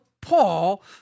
Paul